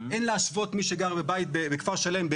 אין להשוות מי שגר בבית בכפר שלם,